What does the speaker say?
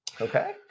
Okay